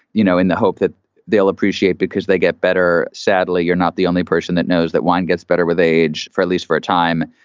you know, in the hope that they'll appreciate because they get better sadly, you're not the only person that knows that wine gets better with age, at least for a time.